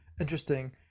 interesting